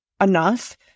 enough